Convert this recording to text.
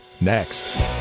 next